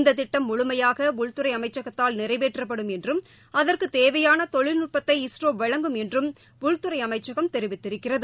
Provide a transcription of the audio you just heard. இந்த திட்டம் முழுமையாக உள்துறை அமைச்சகத்தால் நிறைவேற்றப்படும் என்றும் அதற்கு தேவையாள தொழில்நுட்பத்தை இஸ்ரோ வழங்கும் என்றும் உள்துறை அமைச்சகம் தெரிவித்திருக்கிறது